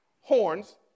horns